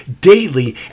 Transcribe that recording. daily